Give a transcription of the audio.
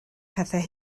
pethau